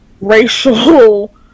racial